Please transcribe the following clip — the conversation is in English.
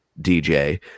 DJ